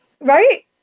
Right